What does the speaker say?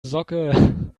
socke